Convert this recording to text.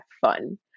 fun